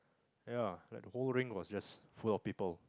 ya like that whole ring was just full of people